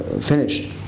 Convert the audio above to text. finished